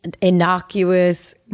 innocuous